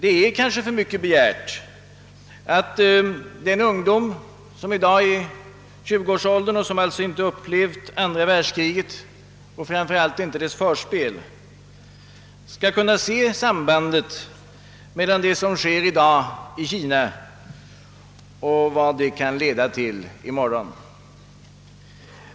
Det är kanske för mycket begärt att den ungdom som i dag är i 20-årsåldern och som alltså inte har upplevt andra världskriget och framför allt inte dess förspel skall kunna se sambandet mellan det som händer i Kina i dag och vad detta kan leda till i morgon.